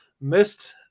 missed